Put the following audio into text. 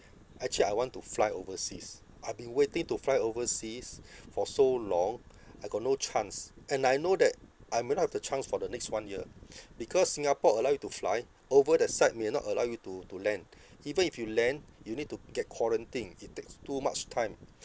actually I want to fly overseas I've been waiting to fly overseas for so long I got no chance and I know that I may not have the chance for the next one year because singapore allow you to fly over that side may not allow you to to land even if you land you need to get quarantined it takes too much time